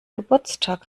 geburtstag